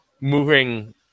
moving